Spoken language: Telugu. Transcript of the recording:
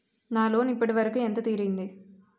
నా లోన్ ఇప్పటి వరకూ ఎంత తీరింది?